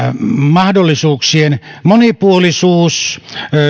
mahdollisuuksien monipuolisuus